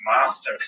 master